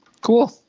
Cool